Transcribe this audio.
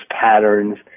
patterns